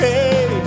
Hey